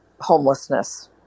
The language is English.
homelessness